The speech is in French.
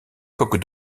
coque